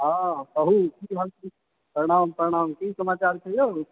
हँ कहु की हाल प्रणाम प्रणाम की समाचार छै यौ